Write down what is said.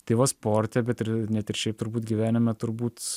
tai va sporte bet ir net ir šiaip turbūt gyvenime turbūt